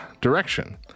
direction